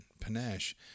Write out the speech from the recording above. Panache